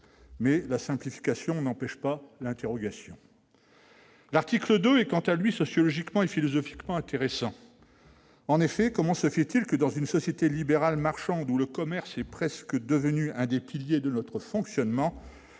la simplification n'empêche pas les interrogations ! L'article 2 est, quant à lui, sociologiquement et philosophiquement intéressant. En effet, comment expliquer que, dans une société libérale marchande dont le commerce est presque devenu un des piliers, nous puissions